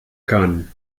kann